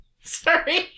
Sorry